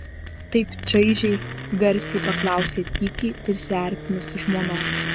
taip čaižiai garsiai paklausė tykiai prisiartinusi žmona